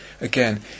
Again